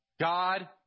God